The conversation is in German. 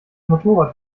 motorrad